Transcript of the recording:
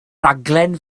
rhaglen